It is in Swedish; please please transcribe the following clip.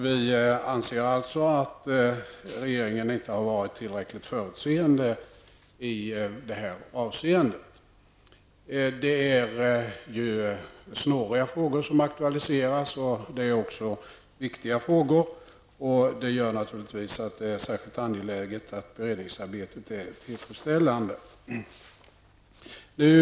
Vi anser alltså att regeringen inte har varit tillräckligt förutseende i detta avseende. Det är snåriga och viktiga frågor som aktualiserat, och därför är det naturligtvis särskilt angeläget att beredningsarbetet sker på ett tillfredsställande sätt.